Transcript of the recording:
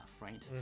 right